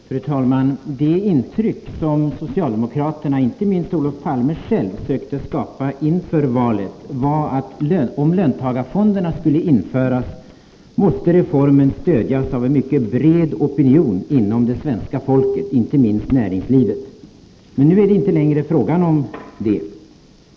Fru talman! Det intryck som socialdemokraterna, inte minst Olof Palme själv, försökte skapa inför valet var att om löntagarfonderna skulle införas, måste reformen stödas av en mycket bred opinion inom det svenska folket, inte minst näringslivet. Men nu är det inte längre fråga om det.